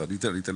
אני אתן לכולם.